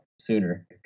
sooner